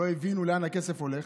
לא הבינו לאן הכסף הולך.